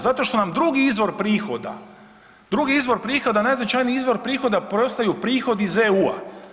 Zato što nam drugi izvor prihoda, drugi izvor prihoda najznačajniji izvor prihodi postaju prihodi iz EU-a.